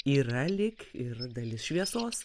yra lyg ir dalis šviesos